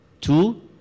Two